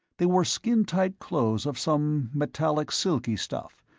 they wore skin-tight clothes of some metallic silky stuff,